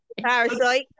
Parasite